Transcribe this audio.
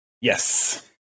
Yes